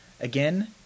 Again